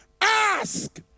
ask